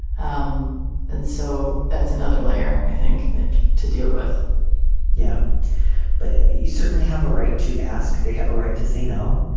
um and so that's another layer i think to deal with yeah but you certainly have a right to ask. they have a right to say no